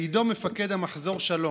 לעידו מפקד המחזור שלום.